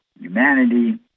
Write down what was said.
humanity